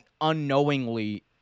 unknowingly